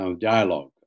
dialogue